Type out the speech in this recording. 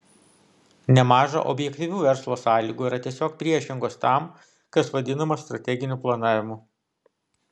nemaža objektyvių verslo sąlygų yra tiesiog priešingos tam kas vadinama strateginiu planavimu